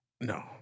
No